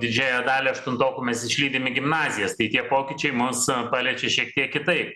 didžiąją dalį aštuntokų mes išlydim į gimnazijas tai tie pokyčiai mus paliečia šiek tiek kitaip